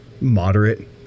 moderate